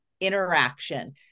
interaction